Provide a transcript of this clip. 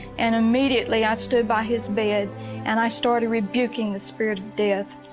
and immediately i stood by his bed and i started rebuking the spirit of death.